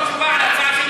זאת תשובה על ההצעה שלי?